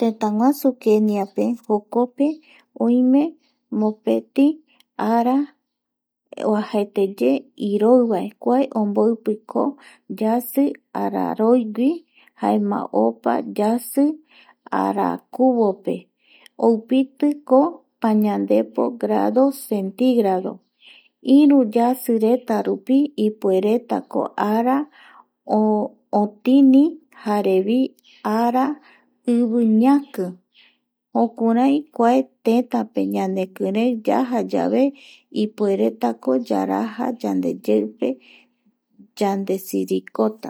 Tëtäguasu Keniape jokope oime mopeti ara oajaeteye iroivae kua omboipiko yasi araroigui jaema opa yasi arakuvope, oupitiko pañandepo grado centígrado iru yasiretarupi ipueretako ara otini jarevi ara ivi ñaki jukurai kua tëtäpe ñanekirei yaja yave ipueretako yaraja yandeyeupe yandesirikota